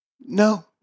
No